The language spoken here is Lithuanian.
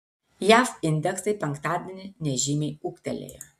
jav indeksai penktadienį nežymiai ūgtelėjo